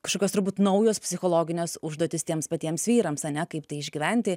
kažkokios turbūt naujos psichologinės užduotys tiems patiems vyrams ane kaip tai išgyventi